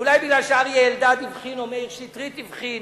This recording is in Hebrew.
אולי כי אריה אלדד הבחין או מאיר שטרית הבחין.